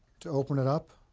to open it up,